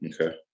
okay